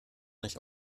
nicht